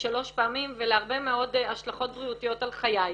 שלוש פעמים ולהרבה מאוד השלכות בריאותיות על חיי.